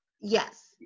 Yes